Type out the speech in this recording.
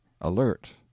alert